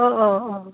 অঁ অঁ অঁ